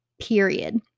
Period